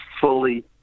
fully